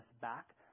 back